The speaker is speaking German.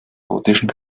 gotischen